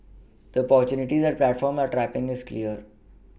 the opportunity that these platforms are tapPing is clear